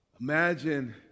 imagine